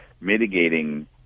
mitigating